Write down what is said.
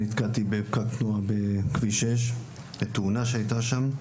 נתקעתי בפקק תנועה בכביש 6. תאונה שהייתה שם.